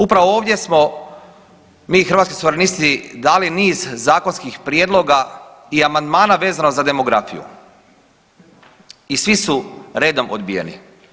Upravo ovdje smo mi Hrvatski suverenisti dali niz zakonskih prijedloga i amandmana vezano za demografiju i svi su redom odbijeni.